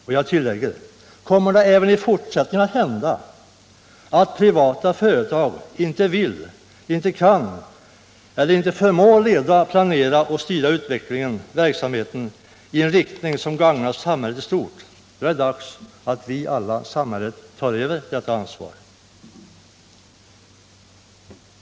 Och jag tillägger: Kommer det även i fortsättningen att hända att privata företag inte vill, kan eller förmår leda, planera och utveckla sin verksamhet i en riktning som gagnar samhället i stort, då är det dags att vi alla, samhället tar över detta ansvar.